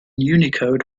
unicode